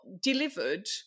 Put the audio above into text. delivered